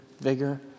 vigor